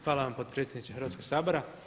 Hvala vam potpredsjedniče Hrvatskoga sabora.